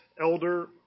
elder